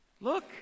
Look